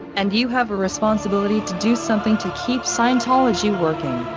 and you have a responsibility to do something to keep scientology working.